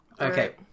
okay